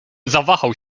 zawahał